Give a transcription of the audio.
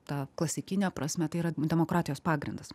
ta klasikine prasme tai yra demokratijos pagrindas